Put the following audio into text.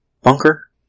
Bunker